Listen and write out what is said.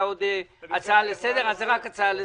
הצעה לסדר.